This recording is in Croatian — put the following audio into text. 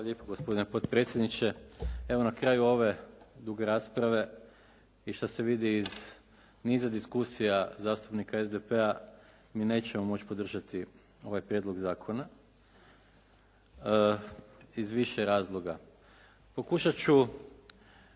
lijepo gospodine potpredsjedniče. Evo na kraju ove duge rasprave i što se vidi iz niza diskusija zastupnika SDP-a mi nećemo moći podržati ovaj prijedlog zakona iz više razloga. Pokušat ću